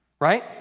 right